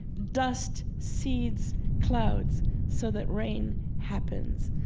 dust seeds clouds so that rain happens.